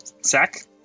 sack